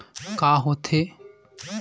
का होथे?